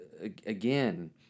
again